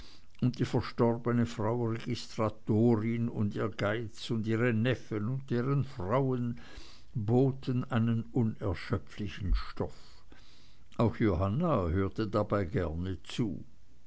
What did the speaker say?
und die verstorbene frau registratorin und ihr geiz und ihre neffen und ihre frauen boten einen unerschöpflichen stoff auch johanna hörte dabei gerne zu